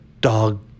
dog